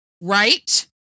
right